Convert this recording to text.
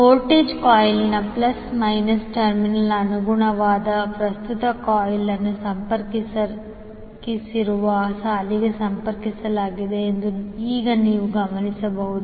voltage ಕಾಯಿಲ್ನ plus minus terminal ಅನುಗುಣವಾದ ಪ್ರಸ್ತುತ ಕಾಯಿಲ್ ಅನ್ನು ಸಂಪರ್ಕಿಸಿರುವ ಸಾಲಿಗೆ ಸಂಪರ್ಕಿಸಲಾಗಿದೆ ಎಂದು ಈಗ ನೀವು ಗಮನಿಸಬಹುದು